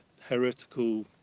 heretical